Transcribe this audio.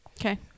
Okay